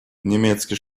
немецкий